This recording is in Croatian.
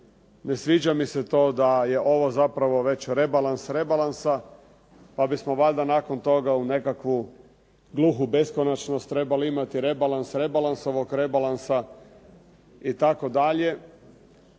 Ne sviđa mi se to da je ovo zapravo već rebalans rebalansa pa bismo valjda nakon toga u nekakvu gluhu beskonačnost trebali imati rebalans rebalansovog rebalansa itd.